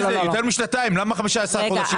יותר משנתיים, למה 15 חודשים?